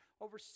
over